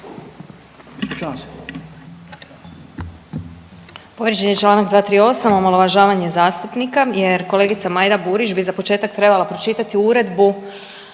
Povrijeđen je Članak 238., omalovažavanje zastupnika jer kolegica Majda Burić bi za početak trebala pročitati Uredbu